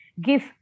give